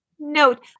note